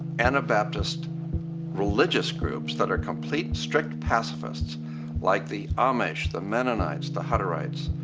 anabaptist religious groups that are complete strict pacifists like the amish, the mennonites, the hutterites.